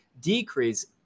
decrease